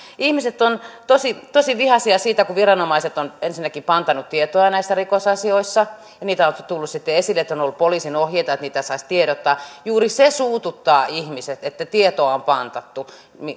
ihmiset ovat tosi tosi vihaisia siitä kun viranomaiset ovat ensinnäkin pantanneet tietoa näistä rikosasioista ja on tullut sitten esille että siitä on ollut poliisin ohjeita ettei niistä saa tiedottaa juuri se suututtaa ihmiset että tietoa on pantattu